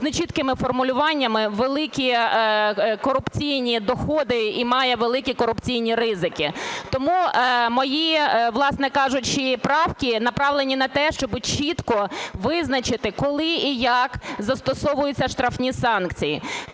з нечіткими формулюваннями великі корупційні доходи і має великі корупційні ризики. Тому мої, власне кажучи, правки направлені на те, щоб чітко визначити, коли і як застосовуються штрафні санкції.